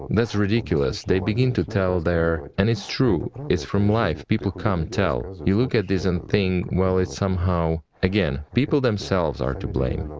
that's ridiculous, they begin to tell, there. and it's true, it's from life, people come, tell. you look at this and think, well it's somehow. again, the people themselves are to blame,